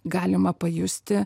galima pajusti